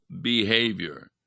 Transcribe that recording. behavior